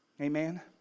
Amen